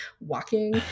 walking